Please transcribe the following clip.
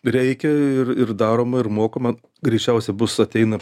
reikia ir ir daroma ir mokama greičiausiai bus ateina